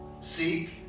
Seek